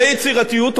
ויצירתיות.